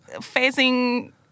facing